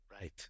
Right